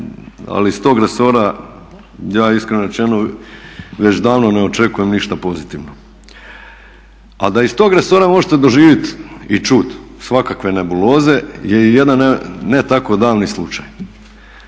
ali iz tog resora ja iskreno rečeno već davno ne očekujem ništa pozitivno. Ali da ih tog resora možete doživjeti i čuti svakakve nebuloze je i jedan ne tako davni slučaj.